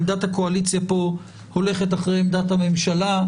עמדת הקואליציה פה הולכת אחרי עמדת הממשלה,